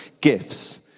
gifts